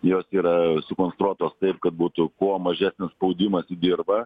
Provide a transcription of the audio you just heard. jos yra sukonstruotos taip kad būtų kuo mažesnis spaudimas į dirvą